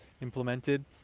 implemented